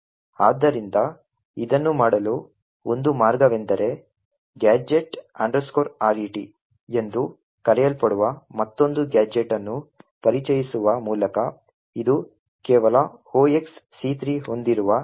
ಆದ್ದರಿಂದ ಇದನ್ನು ಮಾಡಲು ಒಂದು ಮಾರ್ಗವೆಂದರೆ Gadget Ret ಎಂದು ಕರೆಯಲ್ಪಡುವ ಮತ್ತೊಂದು ಗ್ಯಾಜೆಟ್ ಅನ್ನು ಪರಿಚಯಿಸುವ ಮೂಲಕ ಇದು ಕೇವಲ 0xC3 ಹೊಂದಿರುವ ಗ್ಯಾಜೆಟ್ ಅನ್ನು ಸೂಚಿಸುತ್ತದೆ